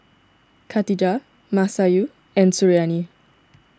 Khatijah Masayu and Suriani